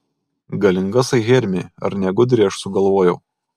galingasai hermi ar ne gudriai aš sugalvojau